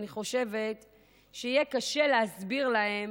אני חושבת שיהיה קשה להסביר להם